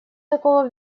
такого